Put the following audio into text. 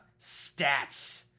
stats